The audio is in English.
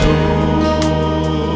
no